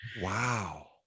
wow